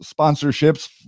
sponsorships